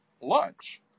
lunch